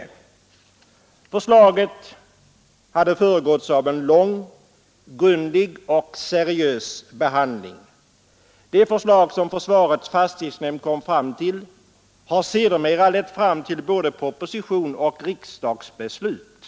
Förslaget hade föregåtts av en lång, grundlig och seriös behandling. Det förslag som försvarets fastighetshämnd kom fram till har sedermera lett till både proposition och riksdagsbeslut.